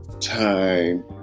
time